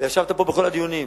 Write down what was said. וישבת פה בכל הדיונים.